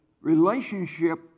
relationship